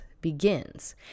begins